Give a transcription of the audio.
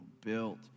built